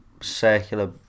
circular